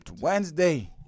Wednesday